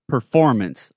Performance